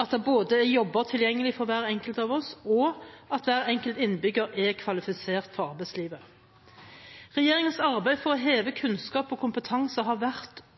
at det er jobber tilgjengelig for hver enkelt av oss, og at hver enkelt innbygger er kvalifisert for arbeidslivet. Regjeringens arbeid for å heve